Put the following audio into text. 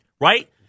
right